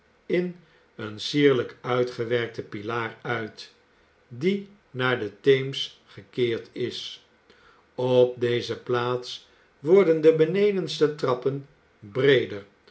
in een sierlijk uitgewerkten pilaar uit die naar de theems gekeerd is op deze plaats worden de benedenste trappen breeder